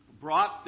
brought